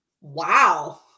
Wow